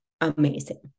amazing